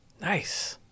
Nice